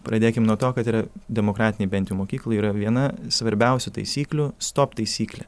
pradėkim nuo to kad yra demokratinėj bent jau mokykloj yra viena svarbiausių taisyklių stop taisyklė